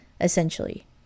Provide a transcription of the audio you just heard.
essentially